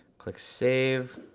click save.